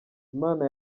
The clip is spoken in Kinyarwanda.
imana